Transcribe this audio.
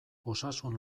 osasun